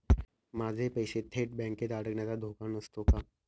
माझे पैसे थेट बँकेत अडकण्याचा धोका नसतो का?